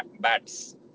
bats